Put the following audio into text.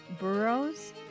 Burrows